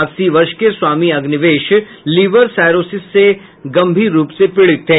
अस्सी वर्ष के स्वामी अग्निवेश लिवर साइरोसिस से गंभीर रूप से पीड़ित थे